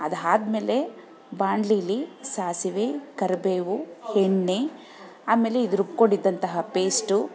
ಅದು ಆದಮೇಲೆ ಬಾಣ್ಲಿಲಿ ಸಾಸಿವೆ ಕರಿಬೇವು ಎಣ್ಣೆ ಆಮೇಲೆ ಇದು ರುಬ್ಬಿಕೊಂಡಿದ್ದಂತಹ ಪೇಸ್ಟು